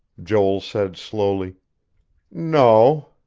joel said slowly no.